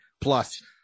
plus